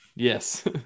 Yes